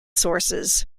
sources